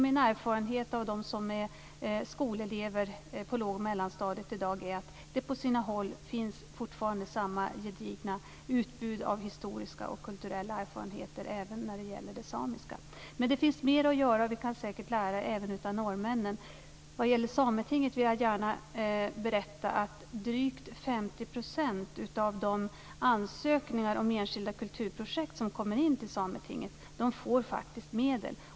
Min erfarenhet av elever på låg och mellanstadiet i dag visar att det på sina håll fortfarande finns samma gedigna utbud av historiska och kulturella erfarenheter även när det gäller det samiska. Det finns mer att göra. Vi kan säkert lära av norrmännen. Drygt 50 % av de ansökningar om enskilda kulturprojekt som kommer in till Sametinget får medel.